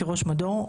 כראש מדור,